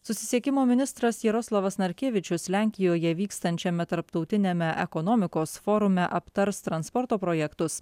susisiekimo ministras jaroslavas narkevičius lenkijoje vykstančiame tarptautiniame ekonomikos forume aptars transporto projektus